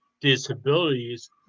disabilities